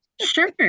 sure